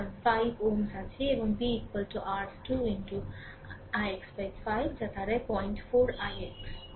কারণ 5Ω আছে এবং v r21x5 যা দাঁড়ায় 04 ix এর সমান